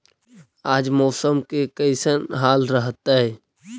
आज मौसम के कैसन हाल रहतइ?